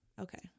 okay